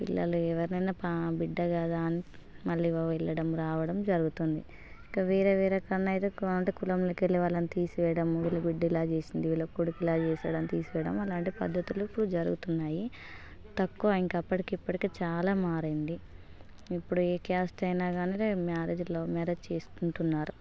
పిల్లలు ఎవరనైనా పా బిడ్డ కదా అని మళ్ళీ వెళ్ళడం రావడం జరుగుతుంది ఇంక వేరే వేరేకన్నా అయితే అంటే కులములకెల్లి వాళ్ళని తీసివేయడం వీళ్ళు బిడ్డ ఇలా చేేసింది వీళ్ళ కొడుకు ఇలా చేశాడు అని తీసివేయడం అలాంటి పద్ధతులు ఇప్పుడు జరుగుతున్నాయి తక్కువ ఇంక అప్పటికి ఇప్పటికి చాలా మారింది ఇప్పుడు ఏ క్యాస్ట్ అయినా గానీ మ్యారేజ్ లవ్ మ్యారేజ్ చేసుకుంటున్నారు